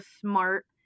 smart